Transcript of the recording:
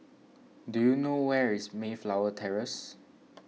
do you know where is Mayflower Terrace